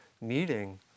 meeting